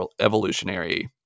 evolutionary